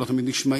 לא תמיד נשמעים,